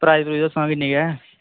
private दस्सां हां किन्नी गै ऐ